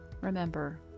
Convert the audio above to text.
Remember